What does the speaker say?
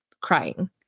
crying